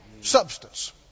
substance